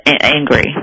angry